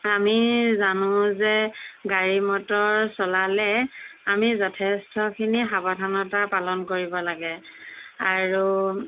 আমি জানো যে গাড়ী মটৰ চলালে আমি যথেষ্টখিনি সাৱধানতা পালন কৰিব লাগে আৰু